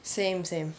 same same